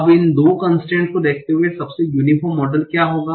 अब इन 2 कन्स्ट्रेन्ट को देखते हुए सबसे यूनीफोर्म मॉडल क्या होगा